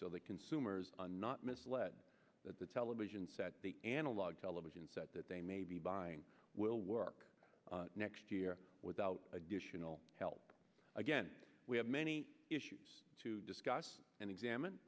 so that consumers are not misled that the television set the analog television set that they may be buying will work next year without additional help again we have many issues to discuss and examine